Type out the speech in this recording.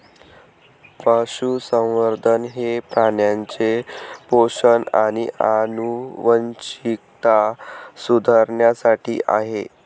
पशुसंवर्धन हे प्राण्यांचे पोषण आणि आनुवंशिकता सुधारण्यासाठी आहे